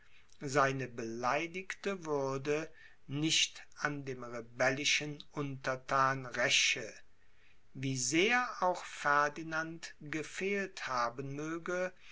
seine beleidigte würde nicht an dem rebellischen unterthan räche wie sehr auch ferdinand gefehlt haben möge